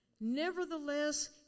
Nevertheless